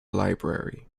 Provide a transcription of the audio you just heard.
library